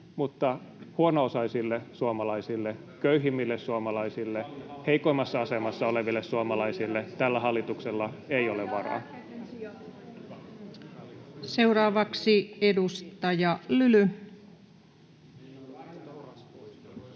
mutta huono-osaisille suomalaisille, köyhimmille suomalaisille, heikoimmassa asemassa oleville suomalaisille tällä hallituksella ei ole varaa. [Anne Kalmari: Kaljaa lääkkeitten